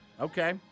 Okay